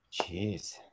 jeez